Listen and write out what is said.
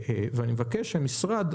אני מבקש שהמשרד,